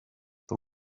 the